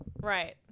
Right